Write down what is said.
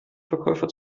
verkäufer